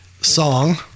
song